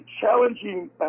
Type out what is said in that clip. challenging